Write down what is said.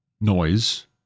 noise